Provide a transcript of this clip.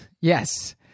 yes